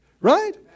Right